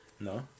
No